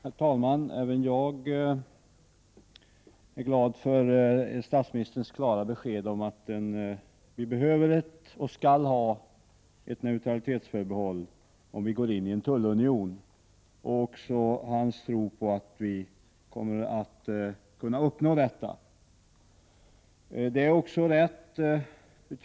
Herr talman! Även jag är glad över statsministerns klara besked om att vi behöver ett, och skall ha ett, neutralitetsförbehåll om vi går in i en tullunion. Jag är också glad över hans tro på att vi kommer att uppnå detta.